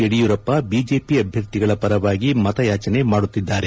Yediyurappa BJP ಅಭ್ಯರ್ಥಿಗಳ ಪರವಾಗಿ ಮತಯಾಚನೆ ಮಾಡುತ್ತಿದ್ದಾರೆ